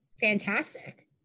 fantastic